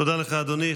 תודה לך, אדוני.